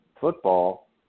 football